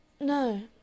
No